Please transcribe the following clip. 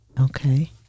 Okay